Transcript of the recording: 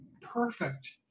Perfect